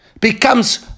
becomes